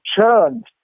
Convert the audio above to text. churned